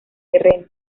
terreno